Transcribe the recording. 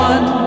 One